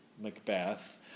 Macbeth